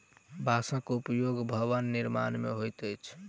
बांसक उपयोग भवन निर्माण मे होइत अछि